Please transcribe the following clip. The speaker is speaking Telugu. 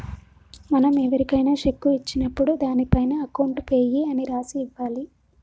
మనం ఎవరికైనా శెక్కు ఇచ్చినప్పుడు దానిపైన అకౌంట్ పేయీ అని రాసి ఇవ్వాలి